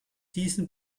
diesen